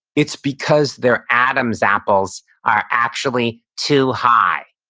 it's because their adam's apples are actually too high.